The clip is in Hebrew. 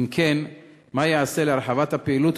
2. אם כן, מה ייעשה להרחבת הפעילות?